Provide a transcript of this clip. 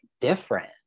different